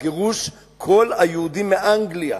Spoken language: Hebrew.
גירוש כל היהודים מאנגליה,